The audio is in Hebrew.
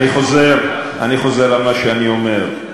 אני חוזר על מה שאני אומר.